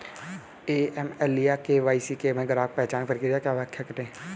AML या KYC में ग्राहक पहचान प्रक्रिया की व्याख्या करें?